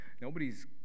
Nobody's